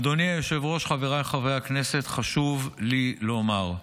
אדוני היושב-ראש, חבריי חברי הכנסת, חשוב לי לומר: